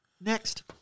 next